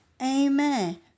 Amen